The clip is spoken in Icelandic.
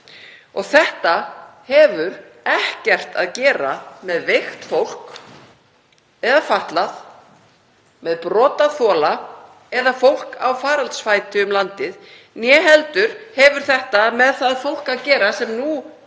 Þetta hefur ekkert að gera með veikt fólk eða fatlað, með brotaþola eða fólk á faraldsfæti um landið. Né heldur hefur þetta með það fólk að gera sem nú óskar